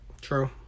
True